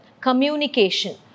Communication